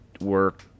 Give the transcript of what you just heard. work